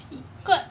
you got